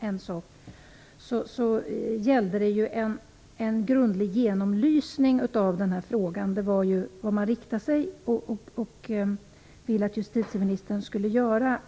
en sak. Det gällde en grundlig genomlysning av den här frågan. Det var vad man inriktade sig på och ville att justitieministern skulle göra.